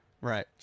Right